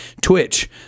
Twitch